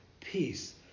Peace